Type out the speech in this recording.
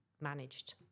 managed